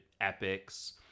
epics